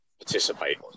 participate